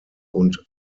und